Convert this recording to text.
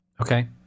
Okay